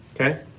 okay